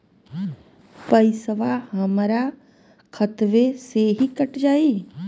पेसावा हमरा खतवे से ही कट जाई?